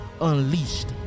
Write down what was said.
Unleashed